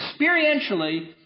experientially